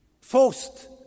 forced